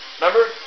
Remember